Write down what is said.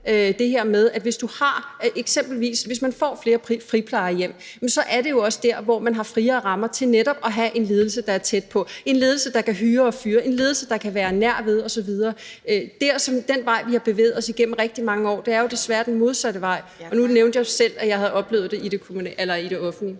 det her med, at man eksempelvis får flere friplejehjem, for så er det jo også der, hvor man har friere rammer til netop at have en ledelse, der er tæt på; en ledelse, der kan hyre og fyre; en ledelse, der kan være nær osv. Den vej, vi har bevæget os ad gennem rigtig mange år, er desværre den modsatte vej, og nu nævnte jeg jo selv, at jeg havde oplevet det i det offentlige.